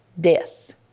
death